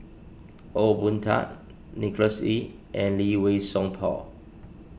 Ong Boon Tat Nicholas Ee and Lee Wei Song Paul